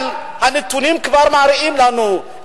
אבל הנתונים כבר מראים לנו,